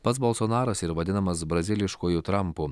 pats bolsonaras yr vadinamas braziliškuoju trampu